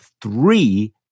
three